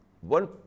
one